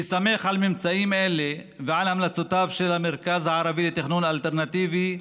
בהסתמך על ממצאים אלה ועל המלצותיו של המרכז הערבי לתכנון אלטרנטיבי,